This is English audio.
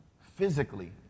physically